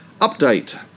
update